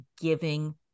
giving